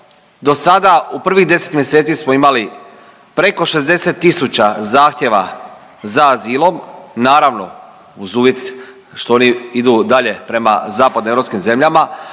do sada, u prvih 10 mjeseci smo imali preko 60 tisuća zahtjeva za azilom, naravno, uz uvjet što oni idu dalje prema zapadnoeuropskim zemljama,